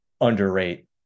underrate